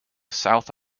south